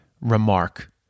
remark